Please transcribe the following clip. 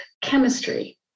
chemistry